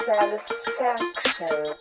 Satisfaction